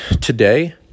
today